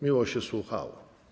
Miło się słuchało.